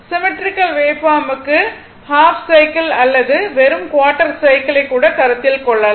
symmetrical வேவ்பார்ம்க்கு half cycle அல்லது வெறும் குவார்ட்டர் சைக்கிளை கூட கருத்தில் கொள்ளலாம்